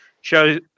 show